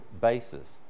basis